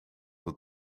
het